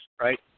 right